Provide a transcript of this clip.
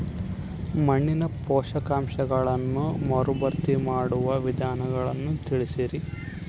ಮಣ್ಣಿನ ಪೋಷಕಾಂಶಗಳನ್ನು ಮರುಭರ್ತಿ ಮಾಡುವ ವಿಧಾನಗಳನ್ನು ತಿಳಿಸಿ?